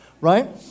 Right